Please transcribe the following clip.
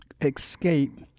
escape